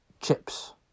chips